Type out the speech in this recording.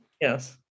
Yes